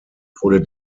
wurde